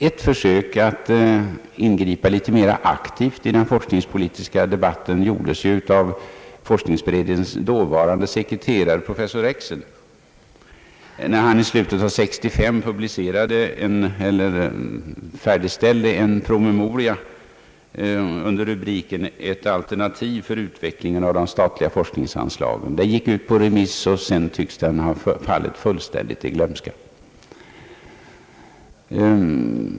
Ett försök att ingripa litet mera aktivt i den forskningspolitiska debatten gjordes av forskningsberedningens dåvarande sekreterare, professor Rexed, när han i slutet av år 1965 färdigställde en promemoria med rubriken: Ett alternativ för utvecklingen av de statliga forskningsanslagen. Den gick ut på remiss, men tycks sedan ha fallit fullständigt i glömska.